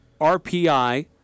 RPI